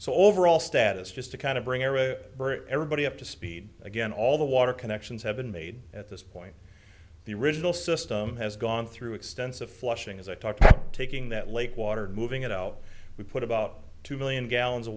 so overall status just to kind of bring a bridge everybody up to speed again all the water connections have been made at this point the original system has gone through extensive flushing as i talked to taking that lake water and moving it out we put about two million gallons of